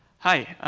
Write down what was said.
hi.